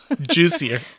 Juicier